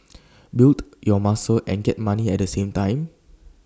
build your muscles and get money at the same time